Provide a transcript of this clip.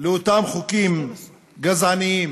לאותם חוקים גזעניים